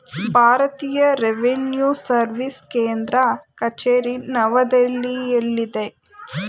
ಭಾರತೀಯ ರೆವಿನ್ಯೂ ಸರ್ವಿಸ್ನ ಕೇಂದ್ರ ಕಚೇರಿ ನವದೆಹಲಿಯಲ್ಲಿದೆ